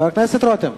חבר הכנסת רותם.